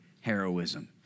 heroism